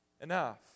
enough